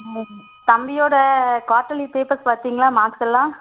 ஆ தம்பியோடய quarterly papers பார்த்தீங்களா marks எல்லாம்